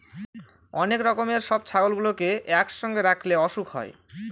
অনেক রকমের সব ছাগলগুলোকে একসঙ্গে রাখলে অসুখ হয়